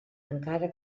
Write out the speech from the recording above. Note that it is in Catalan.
encara